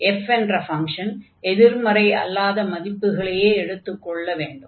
f என்ற function எதிர்மறை அல்லாத மதிப்புகளையே எடுத்துக்கொள்ள வேண்டும்